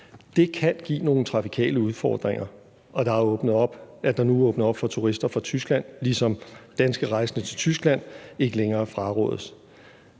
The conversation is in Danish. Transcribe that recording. Det kan give nogle trafikale udfordringer, at der nu er åbnet op for turister fra Tyskland, ligesom danske rejser til Tyskland ikke længere frarådes.